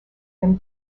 then